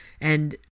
and—